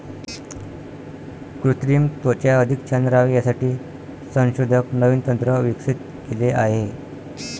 कृत्रिम त्वचा अधिक छान राहावी यासाठी संशोधक नवीन तंत्र विकसित केले आहे